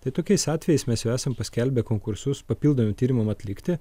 tai tokiais atvejais mes jau esam paskelbę konkursus papildomiem tyrimam atlikti